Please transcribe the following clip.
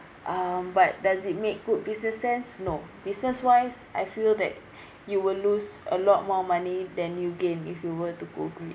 um but does it make good business sense no business wise I feel that you will lose a lot more money than you gain if you were to go green